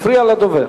מפריע לדובר.